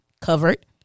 covered